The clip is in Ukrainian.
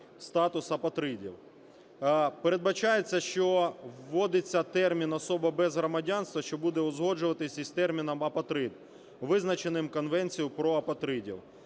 статус апатридів. Передбачається, що вводиться термін "особа без громадянства", що буде узгоджуватися із терміном "апатрид", визначеним Конвенцією про апатридів.